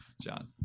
John